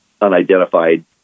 unidentified